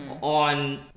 on